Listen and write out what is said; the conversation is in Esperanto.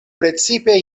precipe